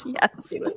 Yes